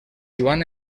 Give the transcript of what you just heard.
joan